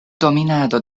dominado